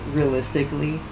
realistically